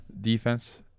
defense